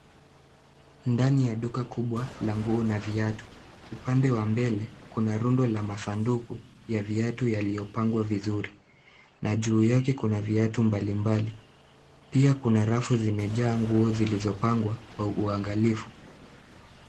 Ndani ya duka kubw la nguo na viatu. Upande wa mbele kuna rundo la masanduku ya viatu yaliyopangwa vizuri, na juu yake kuna viatu mbalimbali. Pia kuna rafu zimejaa nguo zilizopangwa kwa uangalifu.